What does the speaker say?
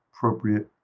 Appropriate